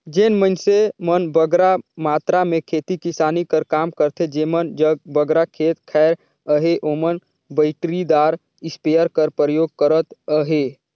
जेन मइनसे मन बगरा मातरा में खेती किसानी कर काम करथे जेमन जग बगरा खेत खाएर अहे ओमन बइटरीदार इस्पेयर कर परयोग करत अहें